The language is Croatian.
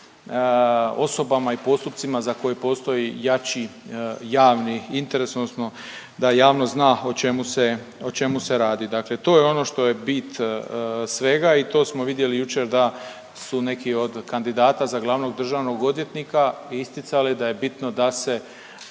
osobama i postupcima za koje postoji jači javni interes, odnosno da javnost zna o čemu se radi. Dakle to je ono što je bit svega i to smo vidjeli jučer da su neki od kandidata za glavnog državnog odvjetnika isticali da je bitno da se